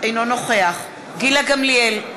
אינו נוכח גילה גמליאל,